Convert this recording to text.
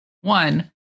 One